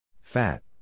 Fat